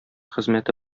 хезмәте